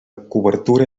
cobertura